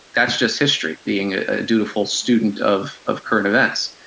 that's just history, being a dutiful student of of current events.